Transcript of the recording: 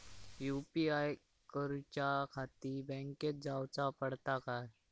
UPI करूच्याखाती बँकेत जाऊचा पडता काय?